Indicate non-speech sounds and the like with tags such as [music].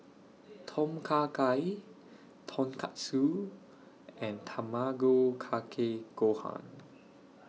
[noise] Tom Kha Gai Tonkatsu and Tamago Kake Gohan